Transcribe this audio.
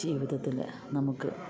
ജീവിതത്തില് നമുക്ക്